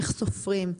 איך סופרים,